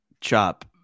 Chop